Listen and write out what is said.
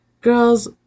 girls